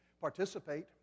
Participate